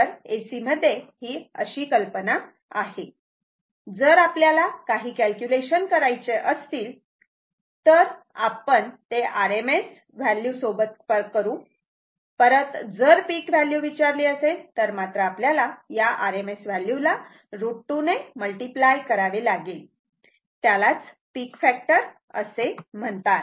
तर AC मध्ये ही अशी कल्पना आहे जर आपल्याला काही कॅल्क्युलेशन करायचे असतील तर आपण ते RMS व्हॅल्यू सोबत करू परत जर पीक व्हॅल्यू विचारले असेल तर मात्र आपल्याला या RMS व्हॅल्यू ला √2 ने मल्टिप्लाय करावे लागेल त्यालाच पिक फॅक्टर असे म्हणतात